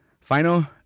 final